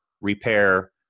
repair